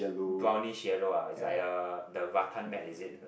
brownish yellow ah it's like uh the rattan mat is it